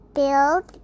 build